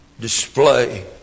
display